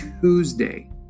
tuesday